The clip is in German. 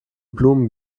blumen